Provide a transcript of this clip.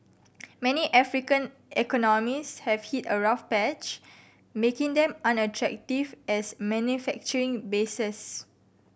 many African economies have hit a rough patch making them unattractive as manufacturing bases